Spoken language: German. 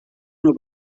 nur